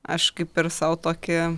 aš kaip ir sau tokį